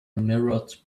mirrored